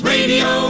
Radio